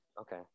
Okay